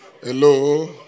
Hello